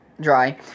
dry